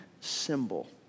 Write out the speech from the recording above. symbol